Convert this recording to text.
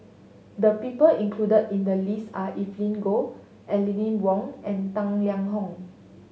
the people included in the list are Evelyn Goh Aline Wong and Tang Liang Hong